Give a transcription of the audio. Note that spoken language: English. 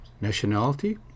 Nationality